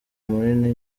munini